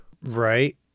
Right